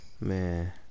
Man